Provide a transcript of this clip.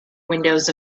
windows